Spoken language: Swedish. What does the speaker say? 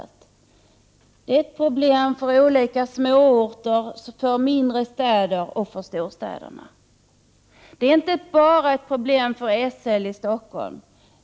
Det är ett problem för olika småorter, för mindre städer och för storstäderna. Det är inte bara ett problem för SL i Stockholm.